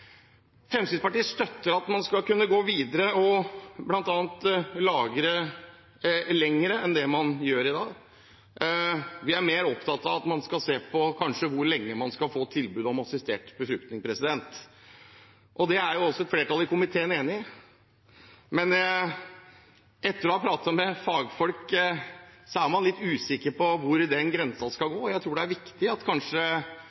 Fremskrittspartiet støtter at man skal kunne gå videre og bl.a. lagre egg lenger enn det man gjør i dag. Vi er mer opptatt av at man skal se på hvor lenge man skal få tilbud om assistert befruktning, og det er et flertall i komiteen enig i. Men etter å ha pratet med fagfolk er man litt usikker på hvor den grensen skal gå. Jeg tror det er viktig at helseministeren og regjeringen kanskje